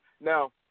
Now